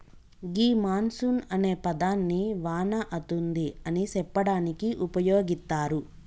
గీ monsoon అనే పదాన్ని వాన అతుంది అని సెప్పడానికి ఉపయోగిత్తారు